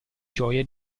gioia